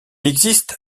existe